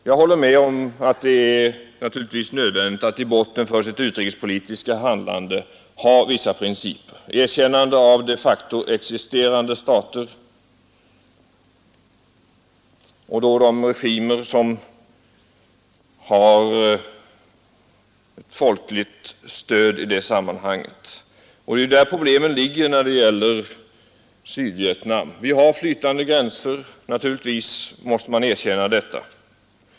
Jag håller med om att det är nödvändigt att i botten för sitt utrikespolitiska handlande ha vissa principer erkännande av de facto existerande stater. Det är där problemet ligger när det gäller Sydvietnam. Gränserna är flytande — naturligtvis måste man erkänna detta.